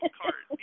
cart